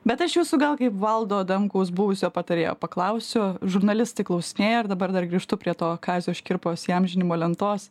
bet aš jūsų gal kaip valdo adamkaus buvusio patarėjo paklausiu žurnalistai klausinėja ir dabar dar grįžtu prie to kazio škirpos įamžinimo lentos